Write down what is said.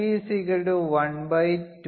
01 into 10 12 divided by 2 into 10 12 plus 0